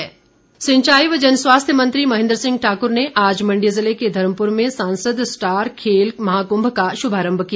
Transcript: खेल महाकूंभ सिंचाई व जनस्वास्थ्य मंत्री महेन्द्र सिंह ठाकुर ने आज मंडी ज़िले के धर्मपुर में सांसद स्टार खेल महाकुंभ का शुभारंभ किया